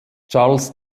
charles